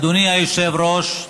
אדוני היושב-ראש,